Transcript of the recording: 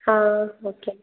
ಹಾಂ ಓಕೆ